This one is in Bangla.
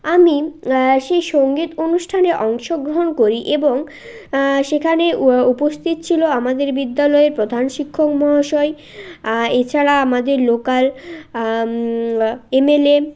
আমি সেই সঙ্গীত অনুষ্ঠানে অংশগ্রহণ করি এবং সেখানে উপস্থিত ছিলো আমাদের বিদ্যালয়ের প্রধান শিক্ষক মহাশয় এছাড়া আমাদের লোকাল এমএলএ